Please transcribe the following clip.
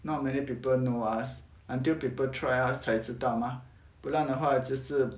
not many people know us until people try us 才知道嘛不然的话就是